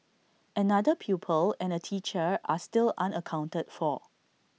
another pupil and A teacher are still unaccounted for